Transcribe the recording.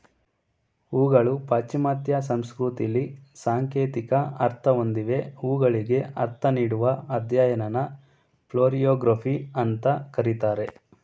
ಹೂಗಳು ಪಾಶ್ಚಿಮಾತ್ಯ ಸಂಸ್ಕೃತಿಲಿ ಸಾಂಕೇತಿಕ ಅರ್ಥ ಹೊಂದಿವೆ ಹೂಗಳಿಗೆ ಅರ್ಥ ನೀಡುವ ಅಧ್ಯಯನನ ಫ್ಲೋರಿಯೊಗ್ರಫಿ ಅಂತ ಕರೀತಾರೆ